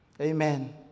Amen